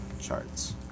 charts